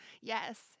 Yes